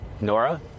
Nora